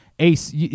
Ace